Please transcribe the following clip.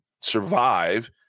survive